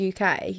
UK